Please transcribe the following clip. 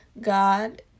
god